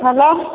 hello